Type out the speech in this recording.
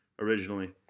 originally